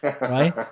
right